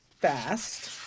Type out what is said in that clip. Fast